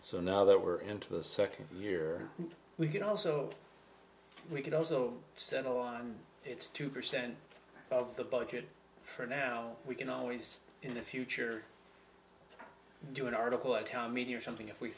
now that we're into the second year we could also we could also settle on it's two percent of the budget for now we can always in the future do an article at our media or something if we